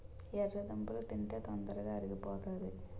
ఎర్రదుంపలు తింటే తొందరగా అరిగిపోతాది